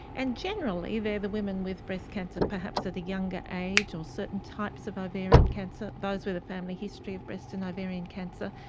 and generally they are the women with breast cancer perhaps at a younger age or certain types of ovarian cancer, those with a family history of breast and ovarian cancer.